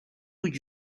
would